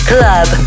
Club